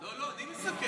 לא, לא, אני מסכם.